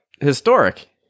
historic